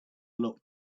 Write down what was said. look